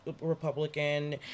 Republican